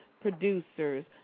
producers